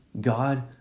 God